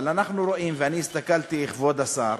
אבל אנחנו רואים, ואני הסתכלתי, כבוד השר,